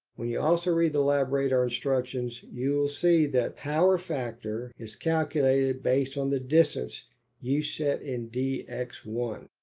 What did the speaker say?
when you also read the labradar instructions, you will see that power factor is calculated based on the distance you set in dx one.